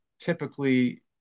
typically